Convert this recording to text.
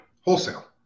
wholesale